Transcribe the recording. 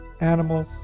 animals